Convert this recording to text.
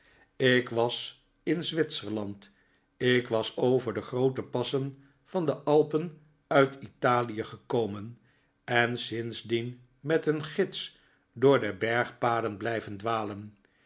ik was in zwitserland ik was over de groote passen van de alpen uit italie gekomen en sindsdien met een gids door de bergpaden blijven dwalen